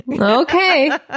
Okay